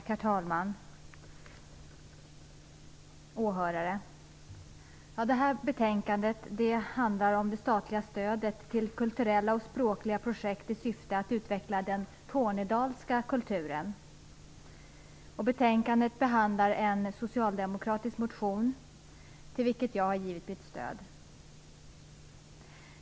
Herr talman! Åhörare! Detta betänkande handlar om det statliga stödet till kulturella och språkliga projekt i syfte att utveckla den tornedalska kulturen. I betänkandet behandlas en socialdemokratisk motion som jag har givit mitt stöd.